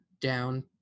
down